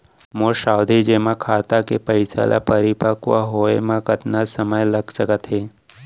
मोर सावधि जेमा खाता के पइसा ल परिपक्व होये म कतना समय लग सकत हे?